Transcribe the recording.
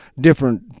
different